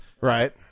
Right